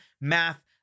math